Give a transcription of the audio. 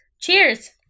Cheers